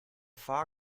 far